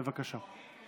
בבקשה.